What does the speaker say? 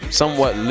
somewhat